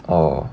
oh